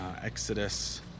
Exodus